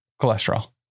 Cholesterol